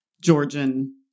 Georgian